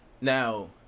Now